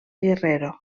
guerrero